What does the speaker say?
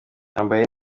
yambaye